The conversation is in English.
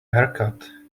haircut